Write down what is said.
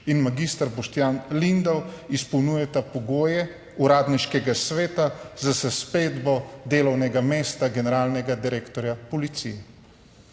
in mag. Boštjan Lindav izpolnjujeta pogoje Uradniškega sveta za zasedbo delovnega mesta generalnega direktorja policije.